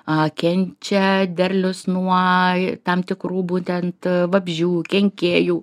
a kenčia derlius nuo ai tam tikrų būtent vabzdžių kenkėjų